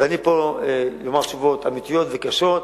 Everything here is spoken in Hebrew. אני אומר פה תשובות אמיתיות וקשות,